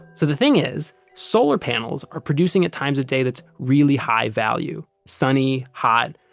so the thing is solar panels are producing at times of day that's really high value. sunny, hot.